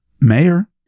mayor